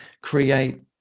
create